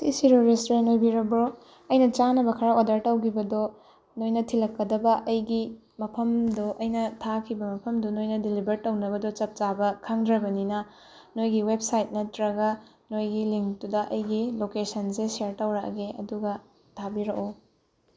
ꯁꯤ ꯁꯤꯔꯣꯏ ꯔꯦꯁꯇꯨꯔꯦꯟ ꯑꯣꯏꯕꯤꯔꯕ꯭ꯔꯣ ꯑꯩꯅ ꯆꯥꯅꯕ ꯈꯔ ꯑꯣꯗꯔ ꯇꯧꯈꯤꯕꯗꯣ ꯅꯣꯏꯅ ꯊꯤꯜꯂꯛꯀꯗꯕ ꯑꯩꯒꯤ ꯃꯐꯝꯗꯣ ꯑꯩꯅ ꯊꯥꯈꯤꯕ ꯃꯐꯝꯗꯣ ꯅꯣꯏꯅ ꯗꯦꯂꯤꯚꯔ ꯇꯧꯅꯕꯗꯣ ꯆꯞꯆꯥꯕ ꯈꯪꯗ꯭ꯔꯕꯅꯤꯅ ꯅꯣꯏꯒꯤ ꯋꯦꯞꯁꯥꯏꯠ ꯅꯠꯇ꯭ꯔꯒ ꯅꯣꯏꯒꯤ ꯂꯤꯡꯇꯨꯗ ꯑꯩꯒꯤ ꯂꯣꯀꯦꯁꯟꯁꯦ ꯁꯤꯌꯥꯔ ꯇꯧꯔꯛꯑꯒꯦ ꯑꯗꯨꯒ ꯊꯥꯕꯤꯔꯛꯑꯣ